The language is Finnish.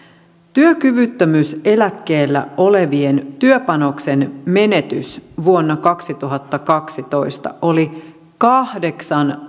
työkyvyttömyyseläkkeellä olevien työpanoksen menetys vuonna kaksituhattakaksitoista oli kahdeksan